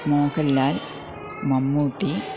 Mohanlal Mammootty